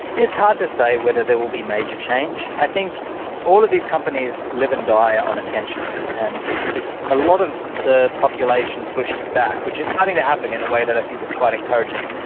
it's hard to say whether there will be major change. i think all of these companies live and die on attention. and if a lot of the population pushes back, which is starting to happen in a way that i think is quite encouraging,